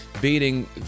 beating